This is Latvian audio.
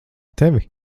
tevi